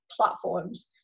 platforms